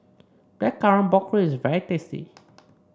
Blackcurrant Pork Ribs is very tasty